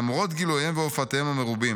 למרות גילוייהם והופעותיהם המרובים'